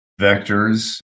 vectors